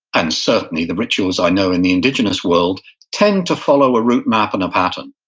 and certainly the rituals i know in the indigenous world tend to follow a route map and a pattern,